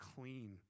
clean